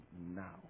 now